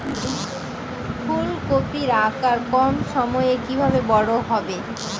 ফুলকপির আকার কম সময়ে কিভাবে বড় হবে?